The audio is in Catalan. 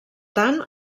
tant